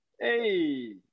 Hey